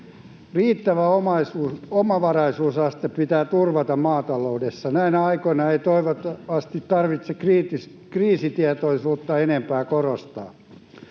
Riittävä omavaraisuusaste pitää turvata maataloudessa. Näinä aikoina ei toivottavasti tarvitse kriisitietoisuutta enempää korostaa.